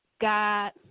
God